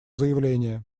заявление